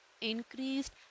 increased